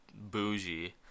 bougie